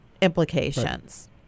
implications